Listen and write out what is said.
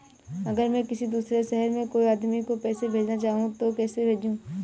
अगर मैं किसी दूसरे शहर में कोई आदमी को पैसे भेजना चाहूँ तो कैसे भेजूँ?